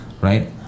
right